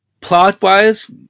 Plot-wise